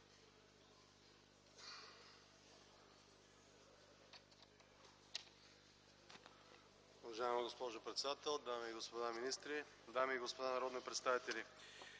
Уважаема госпожо председател, дами и господа министри, дами и господа народни представители!